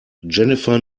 jennifer